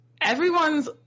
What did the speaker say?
everyone's